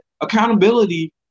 accountability